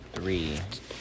Three